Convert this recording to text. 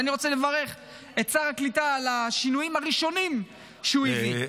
ואני רוצה לברך את שר הקליטה על השינויים הראשונים שהוא הביא,